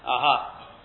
Aha